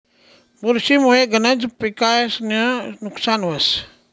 बुरशी मुये गनज पिकेस्नं नुकसान व्हस